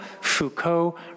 Foucault